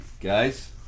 Guys